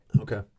okay